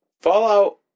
Fallout